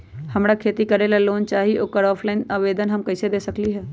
हमरा खेती करेला लोन चाहि ओकर ऑफलाइन आवेदन हम कईसे दे सकलि ह?